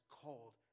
called